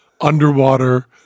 underwater